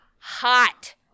Hot